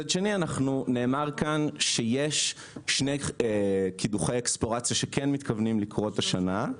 ומצד שני נאמר כאן שיש שני קידוחי אקספלורציה שיקרו השנה.